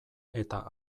eta